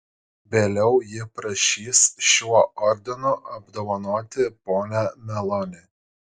vėliau ji prašys šiuo ordinu apdovanoti ponią meloni